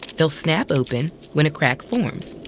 they'll snap open when a crack forms,